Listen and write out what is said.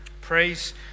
Praise